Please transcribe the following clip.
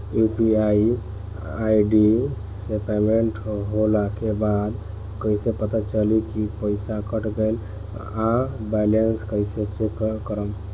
UPI ID से payment होला के बाद कइसे पता चली की पईसा कट गएल आ बैलेंस कइसे चेक करम?